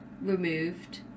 removed